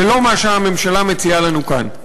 ולא מה שהממשלה מציעה לנו כאן.